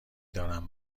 دارم